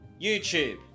YouTube